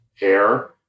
Air